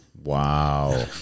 wow